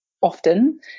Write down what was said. often